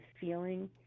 feeling